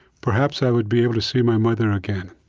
perhaps i would be able to see my mother again.